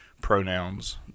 pronouns